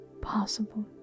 possible